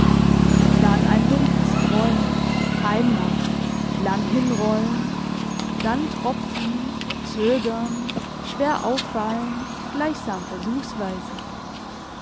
dann ein dumpfes grollen einmal langhinrollend dann tropfen zögernd schwer auffallend gleichsam versuchsweise